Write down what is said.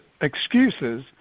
excuses